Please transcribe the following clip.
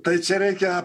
tai čia reikia